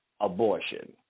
abortion